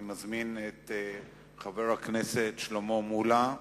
אני מזמין את חבר הכנסת שלמה מולה.